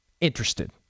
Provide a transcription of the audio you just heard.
interested